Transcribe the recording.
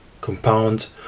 compound